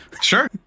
Sure